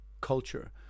culture